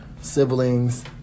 siblings